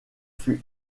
fut